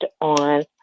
on